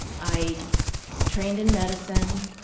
i trained in medicine,